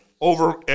over